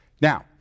Now